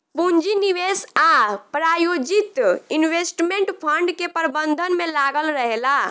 पूंजी निवेश आ प्रायोजित इन्वेस्टमेंट फंड के प्रबंधन में लागल रहेला